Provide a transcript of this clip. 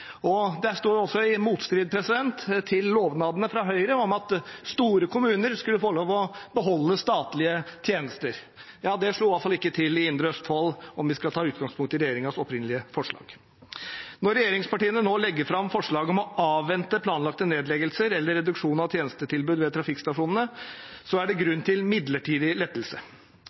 står også i motstrid til lovnadene fra Høyre om at store kommuner skulle få lov til å beholde statlige tjenester. Det slo iallfall ikke til i Indre Østfold, om vi skal ta utgangspunkt i regjeringens opprinnelige forslag. Når regjeringspartiene nå legger fram forslag om å avvente planlagte nedleggelser eller reduksjon av tjenestetilbudet ved trafikkstasjonene, er det grunn til midlertidig lettelse.